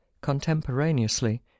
contemporaneously